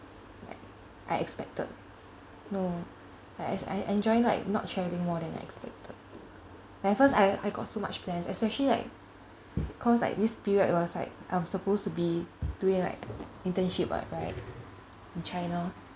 I expected no I I I enjoying like not travelling more than expected like at first I I got so much plans especially like cause like this period was like I'm supposed to be doing like internship [what] right in china